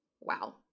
wow